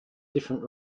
different